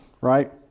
right